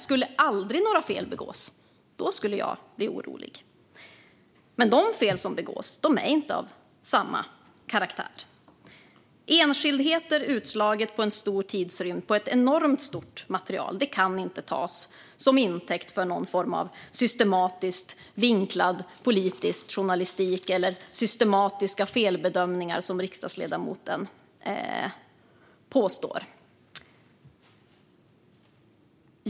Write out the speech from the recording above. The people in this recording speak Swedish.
Om några fel aldrig skulle begås skulle jag bli orolig, men de fel som begås är inte av samma karaktär. Enskildheter utslagna över en stor tidsrymd och ett enormt stort material kan inte tas som intäkt för någon form av systematiskt vinklad politisk journalistik eller systematiska felbedömningar, som riksdagsledamoten påstår.